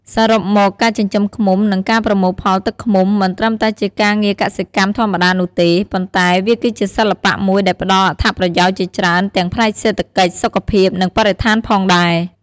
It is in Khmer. សរុបមក ការចិញ្ចឹមឃ្មុំ និងការប្រមូលផលទឹកឃ្មុំ មិនត្រឹមតែជាការងារកសិកម្មធម្មតានោះទេ ប៉ុន្តែវាគឺជាសិល្បៈមួយដែលផ្តល់អត្ថប្រយោជន៍ជាច្រើនទាំងផ្នែកសេដ្ឋកិច្ច សុខភាព និងបរិស្ថានផងដែរ។